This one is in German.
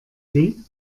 sie